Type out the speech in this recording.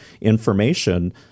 information